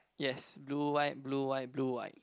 yes blue white blue white blue white